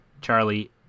Charlie